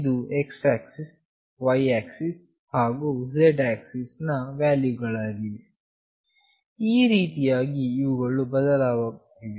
ಇದು x axis y axis ಹಾಗು z axis ನ ವ್ಯಾಲ್ಯೂ ಗಳಾಗಿವೆ ಈ ರೀತಿಯಾಗಿ ಇವುಗಳು ಬದಲಾಗುತ್ತದೆ